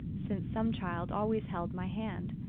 since some child always held my hand.